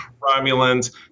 Romulans